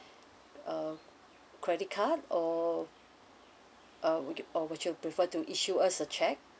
uh credit card or would you~ or would you like to issue us a cheque